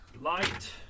Light